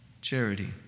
charity